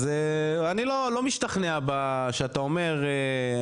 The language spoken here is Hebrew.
אז אני לא משתכנע שאתה אומר,